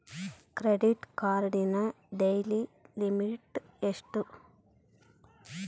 Credit ಕಾರ್ಡಿನ daily limit ಎಷ್ಟು?